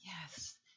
yes